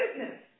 business